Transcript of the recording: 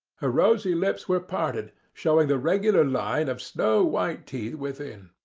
her rosy lips were parted, showing the regular line of snow-white teeth within,